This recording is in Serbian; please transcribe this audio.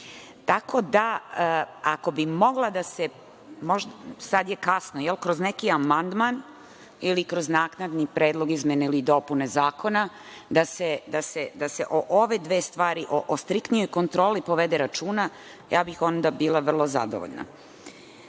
Tako da, ako bi moglo da se, sada je kasno, ili kroz neki amandman ili kroz naknadni predlog izmene ili dopune zakona o ove dve stvari o striktnijoj kontroli povede računa, ja bih onda bila vrlo zadovoljna. To